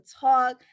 talk